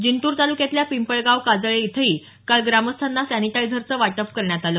जिंतूर तालुक्यातल्या पिंपळगाव काजळे इथंही काल ग्रामस्थांना सॅनिटायझरचं वाटप करण्यात आलं